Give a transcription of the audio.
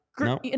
no